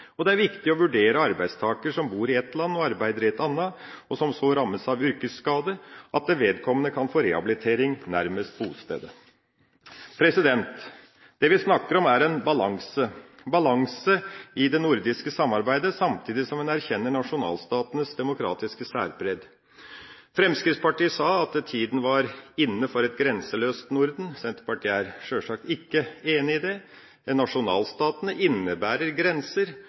Det er viktig å vurdere arbeidstaker som bor i ett land og arbeider i et annet, og som så rammes av yrkesskade, slik at vedkommende kan få rehabilitering nærmest bostedet. Det vi snakker om, er en balanse, en balanse i det nordiske samarbeidet, samtidig som man erkjenner nasjonalstatenes demokratiske særpreg. Fremskrittspartiet sa at tida var inne for et grenseløst Norden. Senterpartiet er sjølsagt ikke enig i det. En nasjonalstat innebærer grenser,